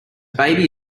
baby